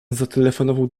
zatelefonował